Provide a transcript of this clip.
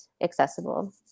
accessible